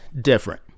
different